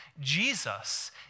Jesus